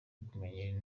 kumenyera